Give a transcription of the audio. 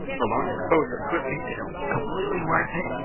prolonged exposure could lead to illness completely worth it.